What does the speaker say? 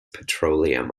petroleum